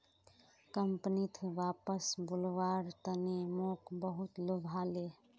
कंपनीत वापस बुलव्वार तने मोक बहुत लुभाले